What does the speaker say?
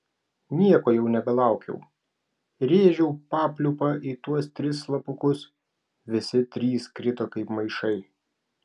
nieko jau nebelaukiau rėžiau papliūpą į tuos tris slapukus visi trys krito kaip maišai